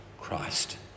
Christ